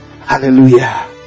Hallelujah